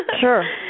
Sure